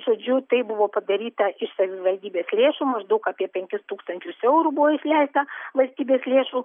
žodžiu tai buvo padaryta iš savivaldybės lėšų maždaug apie penkis tūkstančius eurų buvo išleista valstybės lėšų